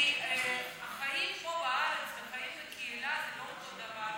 כי החיים פה בארץ והחיים בקהילה זה לא אותו דבר בכלל.